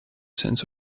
sense